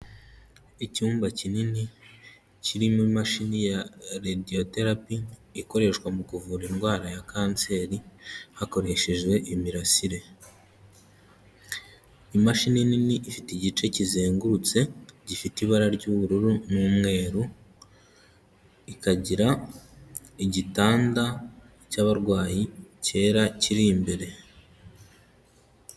Icyumba kinini kirimo imashini ya radiotherapy ikoreshwa mu kuvura indwara ya kanseri hakoreshejwe imirasire, imashini nini ifite igice kizengurutse gifite ibara ry'ubururu n'umweru ikagira igitanda cy'abarwayi cyera kiri imbere.